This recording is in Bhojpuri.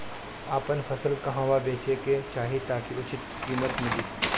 आपन फसल कहवा बेंचे के चाहीं ताकि उचित कीमत मिली?